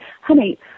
honey